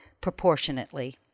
proportionately